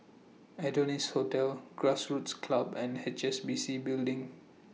Adonis Hotel Grassroots Club and H S B C Building